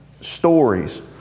stories